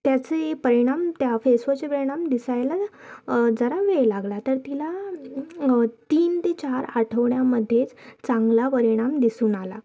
त्याचे परिणाम त्या फेसवॉशचे परिणाम दिसायला जरा वेळ लागला तर तिला तीन ते चार आठवड्यामध्येच चांगला परिणाम दिसून आला